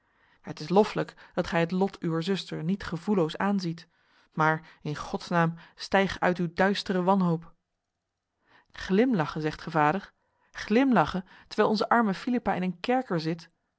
het is loffelijk dat gij het lot uwer zuster niet gevoelloos aanziet maar in gods naam stijg uit uw duistere wanhoop glimlachen zegt gij vader glimlachen terwijl onze arme philippa in een kerker zit